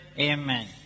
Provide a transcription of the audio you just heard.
Amen